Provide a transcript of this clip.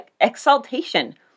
exaltation